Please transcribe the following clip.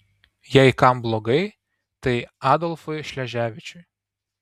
jei kam blogai tai adolfui šleževičiui